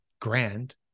grand